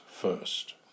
first